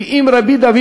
כי אם רבי דוד,